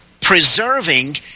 preserving